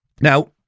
Now